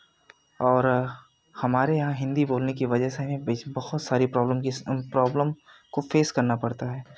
और हमारे यहाँ हिंदी बोलने की वजह से बहुत सारी प्रॉब्लम की प्रॉब्लम को फेश करना पड़ता है